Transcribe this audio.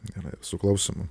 ir su klausimu